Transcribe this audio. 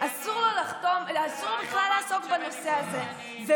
אסור לו לעסוק בנושא הזה בכלל,